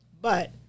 But-